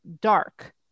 dark